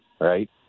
right